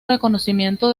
reconocimiento